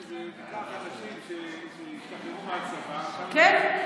כך אנשים שהשתחררו מהצבא והולכים למילואים,